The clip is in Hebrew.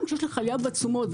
גם כשיש עלייה בתשומות,